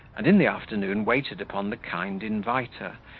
and in the afternoon waited upon the kind inviter,